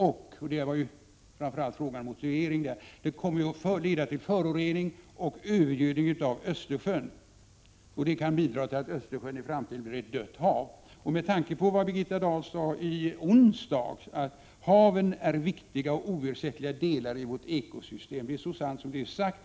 Den kommer vidare, vilket är frågans motivering, även att leda till förorening och övergödning av Östersjön, vilket kan bidra till att Östersjön i framtiden blir ett dött hav. Med tanke på detta vill jag nämna vad Birgitta Dahl sade i onsdags om att haven är viktiga och oersättliga delar i vårt ekosystem. Det är så sant som det är sagt.